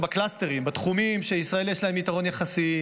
"קלאסטרים" בתחומים שבהם לישראל יש יתרון יחסי,